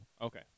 Okay